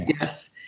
Yes